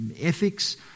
ethics